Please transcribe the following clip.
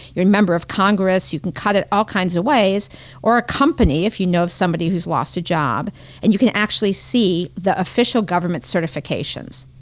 your member of congress. you can cut it all kinds of ways or a company, if you know somebody who's lost a job and you can actually see the official government certifications.